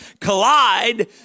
collide